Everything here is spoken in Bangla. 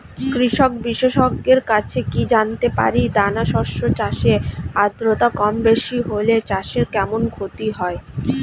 কৃষক বিশেষজ্ঞের কাছে কি জানতে পারি দানা শস্য চাষে আদ্রতা কমবেশি হলে চাষে কেমন ক্ষতি হয়?